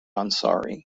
ansari